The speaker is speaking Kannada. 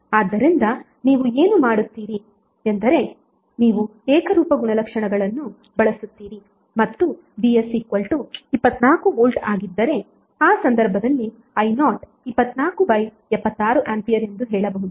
ಆದ್ದರಿಂದ ನೀವು ಏನು ಮಾಡುತ್ತೀರಿ ಎಂದರೆ ನೀವು ಏಕರೂಪದ ಗುಣಲಕ್ಷಣಗಳನ್ನು ಬಳಸುತ್ತೀರಿ ಮತ್ತು vs 24V ಆಗಿದ್ದರೆ ಆ ಸಂದರ್ಭದಲ್ಲಿ I0 2476 A ಎಂದು ಹೇಳಬಹುದು